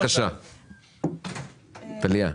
בבקשה, טליה.